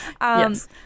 Yes